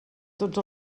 tots